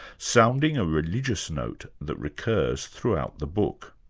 sounding a religious note that recurs throughout the book.